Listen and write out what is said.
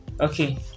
okay